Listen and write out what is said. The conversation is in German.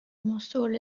mossul